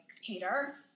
hater